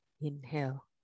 Inhale